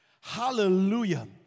Hallelujah